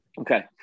Okay